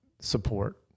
support